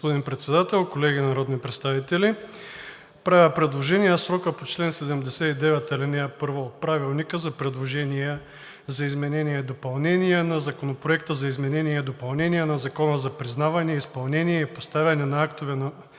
Господин Председател, колеги народни представители, правя предложение срокът по чл. 49, ал. 1 от Правилника за изменение и допълнение на Законопроекта за изменение и допълнение на Закона за признаване, изпълнение и постановяване на актове за